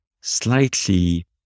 slightly